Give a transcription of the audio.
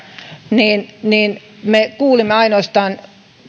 me kuulimme